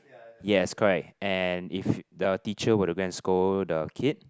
yes correct and if the teacher were to go and scold the kid